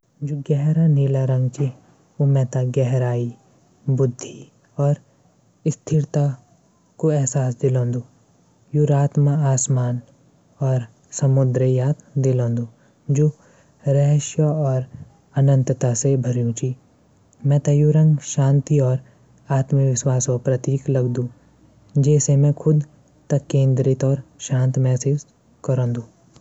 मि कुता पंल पंसद करदू। किले की कुता वफादार हूदूं। अपडू मालिकू प्रति। कुता थै हम जनी सिखैला वनी बणे सकदा। कुता एक परिवार सदस्य तरह रैंदू। और रखवाली अपड परिवार लूंखू ।